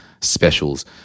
specials